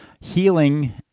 healing